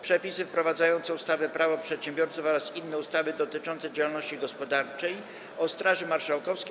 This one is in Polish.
Przepisy wprowadzające ustawę Prawo przedsiębiorców oraz inne ustawy dotyczące działalności gospodarczej, - o Straży Marszałkowskiej,